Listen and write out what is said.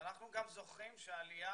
אנחנו גם זוכרים שהעלייה,